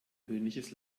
höhnisches